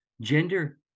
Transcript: gender